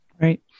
Right